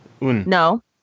No